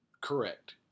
Correct